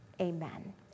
amen